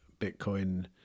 Bitcoin